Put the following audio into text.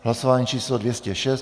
Hlasování číslo 206.